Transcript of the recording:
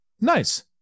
nice